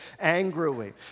angrily